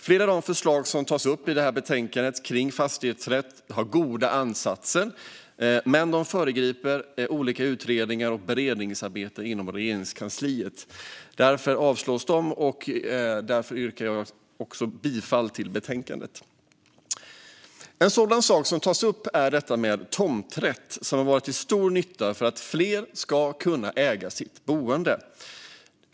Flera av de förslag som tas upp i betänkandet kring fastighetsrätt har goda ansatser, men de föregriper olika utredningar och beredningsarbeten inom Regeringskansliet och avstyrks därför. Därför yrkar jag också bifall till förslaget i betänkandet. En sak som tas upp är tomträtt, som har varit till stor nytta för att fler ska kunna äga sitt boende.